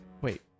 Wait